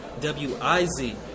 w-i-z